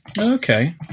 Okay